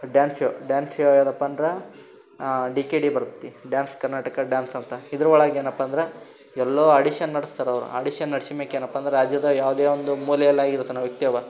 dance show dance show ಯಾವುದಪ್ಪ ಅಂದ್ರೆ D K D ಬರ್ತೈತಿ ಡ್ಯಾನ್ಸ್ ಕರ್ನಾಟಕ ಡ್ರಾನ್ಸ್ ಅಂತ ಇದರೊಳಗೇನಪ್ಪ ಅಂದ್ರೆ ಎಲ್ಲಿಯೋ ಆಡಿಷನ್ ನಡೆಸ್ತಾರವ್ರು ಆಡಿಷನ್ ನಡ್ಸಿದ ಮ್ಯಾಕ ಏನಪ್ಪಾ ಅಂದ್ರೆ ರಾಜ್ಯದ ಯಾವುದೇ ಒಂದು ಮೂಲೆಯಲ್ಲಾಗಿರ್ತನ ಆ ವ್ಯಕ್ತಿ ಅವ